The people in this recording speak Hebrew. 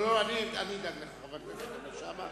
אני אדאג לך, חבר הכנסת שאמה.